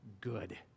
good